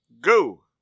go